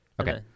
Okay